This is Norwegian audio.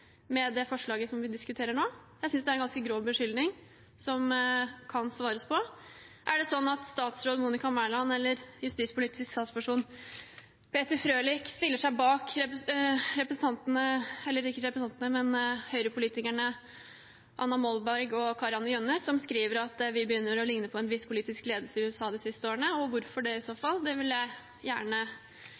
med det forslaget som vi diskuterer nå? Jeg synes det er en ganske grov beskyldning, som kan svares på. Er det sånn at statsråd Monica Mæland eller justispolitisk talsperson Peter Frølich stiller seg bak Høyre-politikerne Anna Molberg og Kari-Anne Jønnes, som skriver at vi begynner å ligne på «en viss politisk ledelse i USA» de siste årene? Og hvorfor det i så fall? Det vil jeg gjerne